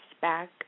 Back